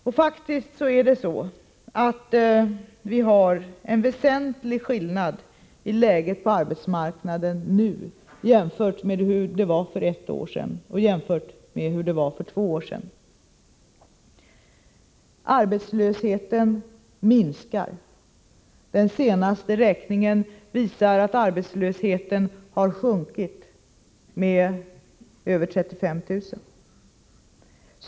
Vi har faktiskt en väsentlig skillnad beträffande läget på arbetsmarknaden nu jämfört med hur det var för ett år sedan och jämfört med hur det var för två år sedan. Arbetslösheten minskar. Den senaste räkningen visar att arbetslösheten har sjunkit med över 35 000 personer.